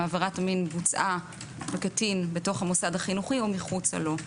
אם עבירת המין בוצעה בקטין בתוך המוסד החינוכי או מחוצה לו.